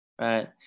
right